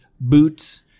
boots